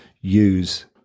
use